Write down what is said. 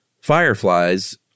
fireflies